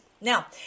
now